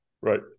right